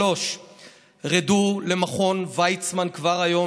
3. רדו למכון ויצמן כבר היום.